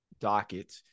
docket